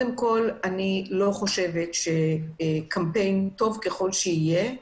אני לא חושבת שקמפיין, טוב ככל שיהיה,